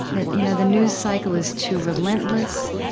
the you know the news cycle is too relentless.